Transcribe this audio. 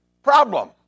problem